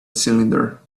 cylinder